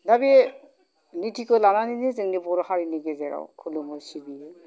दा बे नितिखौ लानानैनो जोंनि बर' हारिनि गेजेराव खुलुमो सिबियो